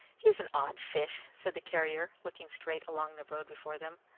he's an odd fish, said the carrier, looking straight along the road before them.